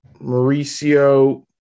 Mauricio